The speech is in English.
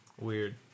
Weird